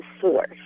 source